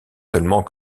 seulement